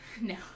No